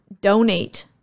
donate